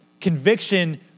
Conviction